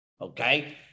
Okay